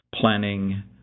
planning